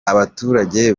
abaturage